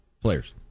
players